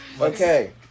Okay